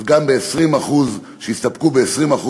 אז גם ב-20% שיסתפקו ב-20%,